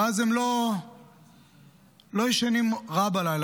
ואז הם לא ישנים רע בלילה,